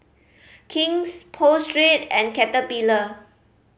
King's Pho Street and Caterpillar